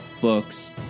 books